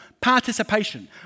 Participation